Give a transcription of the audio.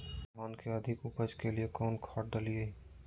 धान के अधिक उपज के लिए कौन खाद डालिय?